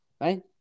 right